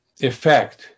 effect